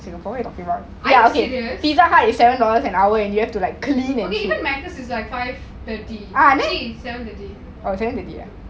are you serious okay even maccas is like five thirty actually it's seven fifty